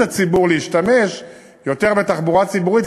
הציבור להשתמש יותר בתחבורה הציבורית,